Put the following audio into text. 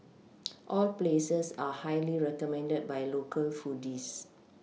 all places are highly recommended by local foodies